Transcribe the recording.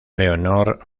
leonor